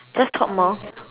just talk more